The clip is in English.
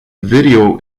video